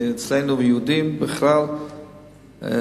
כי אצלנו היהודים זה יום-יום,